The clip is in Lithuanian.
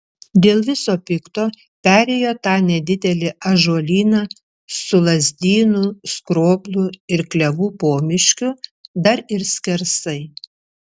dėl viso pikto perėjo tą nedidelį ąžuolyną su lazdynų skroblų ir klevų pomiškiu dar ir skersai